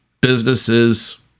businesses